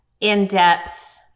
in-depth